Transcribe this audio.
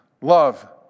love